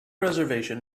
reservation